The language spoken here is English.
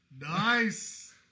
Nice